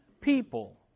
people